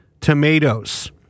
tomatoes